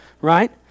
right